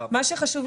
למה?